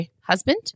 husband